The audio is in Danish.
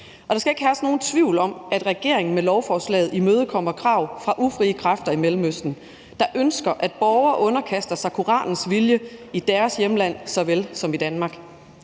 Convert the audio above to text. Der skal ikke herske nogen tvivl om, at regeringen med lovforslaget imødekommer krav fra ufrie kræfter i Mellemøsten, der ønsker, at borgere underkaster sig Koranens vilje i deres hjemland såvel som i Danmark.